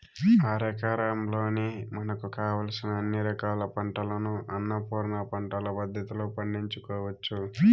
అరెకరంలోనే మనకు కావలసిన అన్ని రకాల పంటలను అన్నపూర్ణ పంటల పద్ధతిలో పండించుకోవచ్చు